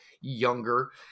younger